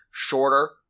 shorter